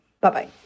bye-bye